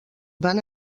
van